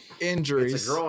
injuries